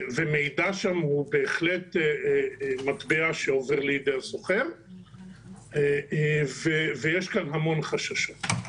ומידע שם הוא בהחלט מטבע שעובר לידי הסוחר ויש כאן המון חששות.